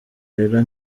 rero